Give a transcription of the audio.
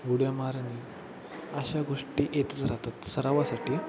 उड्या मारणे अशा गोष्टी येतच राहतात सरावासाठी